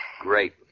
Great